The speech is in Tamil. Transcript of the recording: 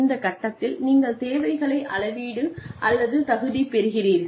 இந்த கட்டத்தில் நீங்கள் தேவைகளை அளவீடு அல்லது தகுதி பெறுகிறீர்கள்